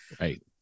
Right